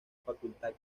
facultad